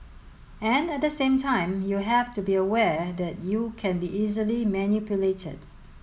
and at the same time you have to be aware that you can be easily manipulated